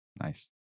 Nice